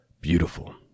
Beautiful